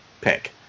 pick